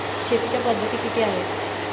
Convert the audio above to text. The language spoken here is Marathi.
शेतीच्या पद्धती किती आहेत?